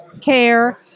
care